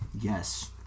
Yes